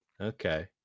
okay